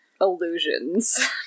illusions